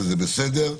וזה בסדר.